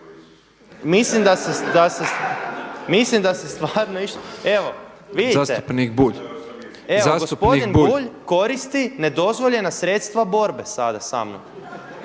Bulj, zastupniče Bulj./… Evo gospodin Bulj koristi nedozvoljena sredstva borbe sada samnom.